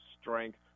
strength